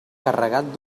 carregat